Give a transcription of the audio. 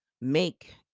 make